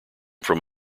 from